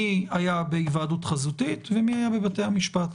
מי היה בהיוועדות חזותית ומי היה בבתי המשפט,